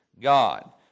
God